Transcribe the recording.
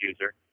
user